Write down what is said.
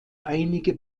einige